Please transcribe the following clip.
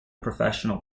professional